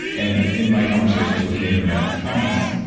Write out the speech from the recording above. and in my conversations with native american shamans,